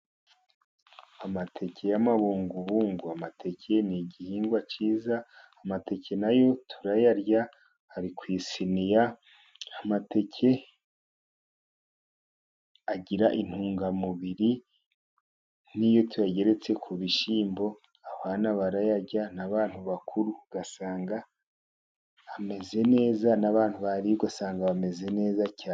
Amateke y'amabungubungu. Amateke ni igihingwa cyiza, amateke na yo turayarya. Ari ku isiniya, amateke agira intungamubiri. N'iyo tuyageretse ku bishyimbo abana barayarya n'abantu bakuru, ugasanga bameze neza, n'abantu bayariye ugasanga bameze neza cyane.